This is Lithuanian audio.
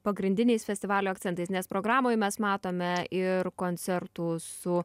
pagrindiniais festivalio akcentais nes programoj mes matome ir koncertų su